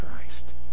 Christ